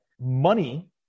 money